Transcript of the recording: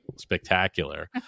spectacular